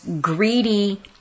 greedy